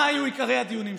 מה היו עיקרי הדיונים שלה,